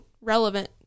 relevant